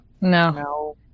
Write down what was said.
No